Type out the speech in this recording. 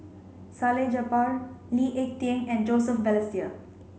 Salleh Japar Lee Ek Tieng and Joseph Balestier